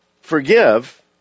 Forgive